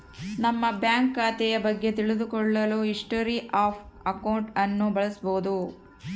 ನಮ್ಮ ಬ್ಯಾಂಕ್ ಖಾತೆಯ ಬಗ್ಗೆ ತಿಳಿದು ಕೊಳ್ಳಲು ಹಿಸ್ಟೊರಿ ಆಫ್ ಅಕೌಂಟ್ ಅನ್ನು ಬಳಸಬೋದು